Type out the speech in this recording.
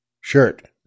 shirt